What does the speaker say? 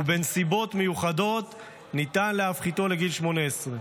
ובנסיבות מיוחדות ניתן להפחיתו לגיל 18,